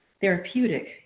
therapeutic